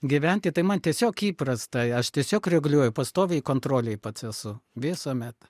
gyventi tai man tiesiog įprasta aš tiesiog reguliuoju pastoviai kontrolėj pats esu visuomet